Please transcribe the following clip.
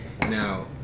Now